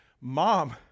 Mom